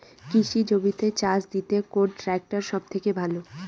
কৃষি জমিতে চাষ দিতে কোন ট্রাক্টর সবথেকে ভালো?